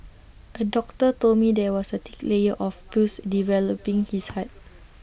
A doctor told me there was A thick layer of pus developing his heart